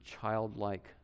childlike